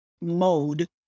mode